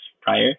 prior